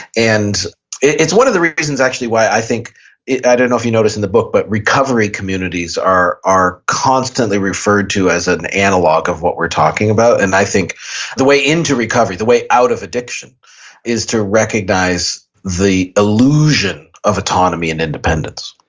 and it's one of the reasons actually why i think i don't know if you notice in the book. but recovery communities are are constantly referred to as an analog of what we're talking about. and i think the way into recovery the way out of addiction is to recognize the illusion of autonomy and independence